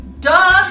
Duh